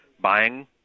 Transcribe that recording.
buying